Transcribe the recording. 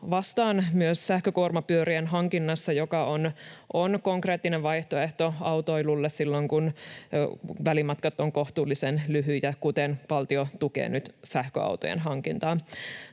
vastaan myös sähkökuormapyörien hankinnassa, joka on konkreettinen vaihtoehto autoilulle silloin, kun välimatkat ovat kohtuullisen lyhyitä, kuten valtio tukee nyt sähköautojen hankintaa.